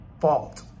fault